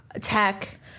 tech